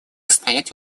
стоять